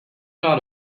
not